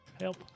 Help